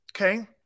Okay